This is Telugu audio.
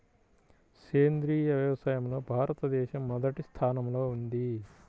సేంద్రీయ వ్యవసాయంలో భారతదేశం మొదటి స్థానంలో ఉంది